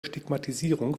stigmatisierung